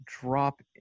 drop